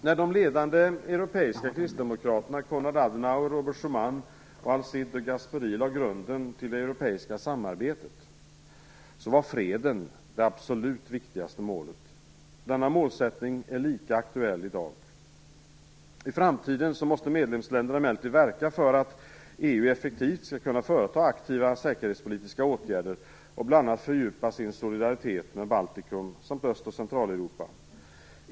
Gasperi lade grunden till det europeiska samarbetet var freden det absolut viktigaste målet. Denna målsättning är lika aktuell i dag. I framtiden måste medlemsländerna emellertid verka för att EU effektivt skall kunna företa aktiva säkerhetspolitiska åtgärder och bl.a. fördjupa sin solidaritet med Baltikum samt Öst och Centraleuropa.